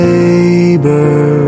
labor